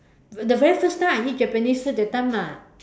the very first time I eat Japanese food that time ah